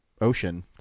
ocean